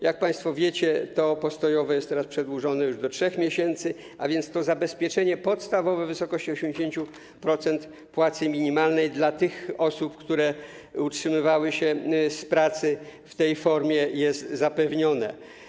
Jak państwo wiecie, postojowe zostało przedłużone do 3 miesięcy, a więc to zabezpieczenie podstawowe w wysokości 80% płacy minimalnej dla tych osób, które utrzymywały się z pracy w tej formie, jest zapewnione.